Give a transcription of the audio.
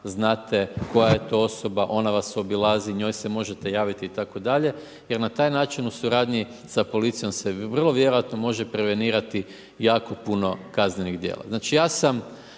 znate koja je to osoba, ona vas obilazi, njoj se možete javiti, itd. Prema taj način u suradnji sa policijom se vrlo vjerojatno može prevenirati jako puno kaznenih dijela.